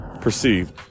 perceived